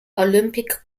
olympic